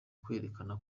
kwerekana